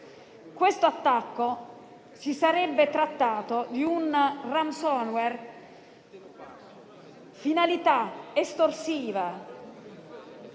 questo attacco si sarebbe trattato di un *ramsonware* con finalità estorsive,